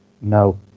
No